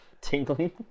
Tingling